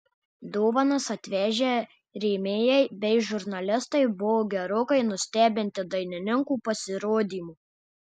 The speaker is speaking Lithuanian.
dovanas atvežę rėmėjai bei žurnalistai buvo gerokai nustebinti dainininkų pasirodymu